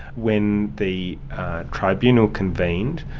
when the tribunal convened,